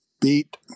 beat